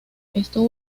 esto